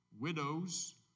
widows